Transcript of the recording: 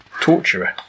Torturer